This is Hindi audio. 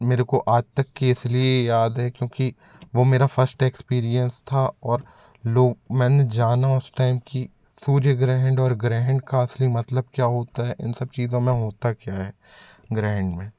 मेरे को आज तक कि इस लिए याद है क्योंकि वो मेरा फस्ट एक्सपीरियेंस था और लोग मैंने जाना उस टाइम कि सूर्य ग्रहण और ग्रहण का असली मतलब क्या होता है इन सब चीज़ों में होता क्या है ग्रहण में